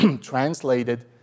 translated